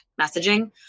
messaging